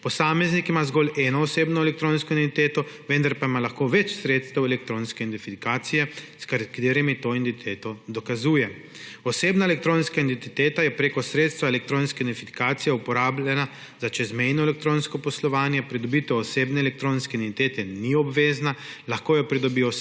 Posameznik ima zgolj eno osebno elektronsko identiteto, vendar pa ima lahko več sredstev elektronske identifikacije, s katerimi to identiteto dokazuje. Osebna elektronska identiteta je prek sredstva elektronske identifikacije uporabljena za čezmejno elektronsko poslovanje, pridobitev osebne elektronske identitete ni obvezna, lahko jo pridobi oseba,